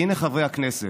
הינה חברי הכנסת,